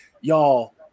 y'all